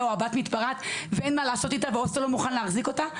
או הבת מתפרעת ואין מה לעשות איתה וההוסטל לא מוכן להחזיק אותה,